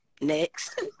Next